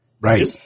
Right